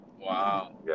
Wow